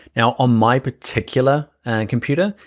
now on my particular and computer,